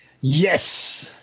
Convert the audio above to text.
Yes